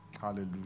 hallelujah